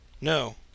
No